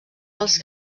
dels